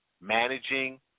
Managing